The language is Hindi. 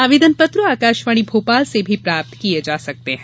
आवेदन पत्र आकाशवाणी भोपाल से भी प्राप्त किये जा सकते हैं